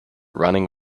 running